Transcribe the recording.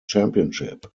championship